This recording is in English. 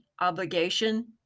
obligation